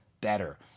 better